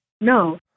No